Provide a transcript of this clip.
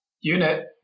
unit